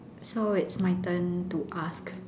so it's my turn to ask